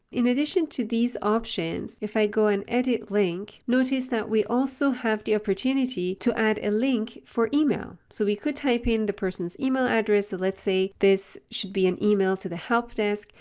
in addition to these options, if i go in edit link, notice that we also have the opportunity to add a link for email. so we could type in the person's email address. let's say this should be an email to the help desk.